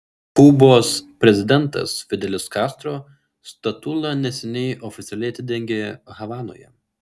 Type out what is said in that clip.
kubos prezidentas fidelis kastro statulą neseniai oficialiai atidengė havanoje